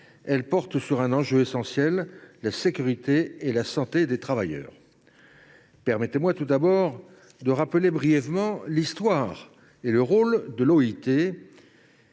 texte porte sur un enjeu essentiel : la sécurité et la santé des travailleurs. Permettez moi tout d’abord de rappeler brièvement l’histoire et le rôle de l’OIT.